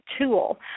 tool